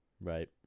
right